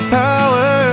power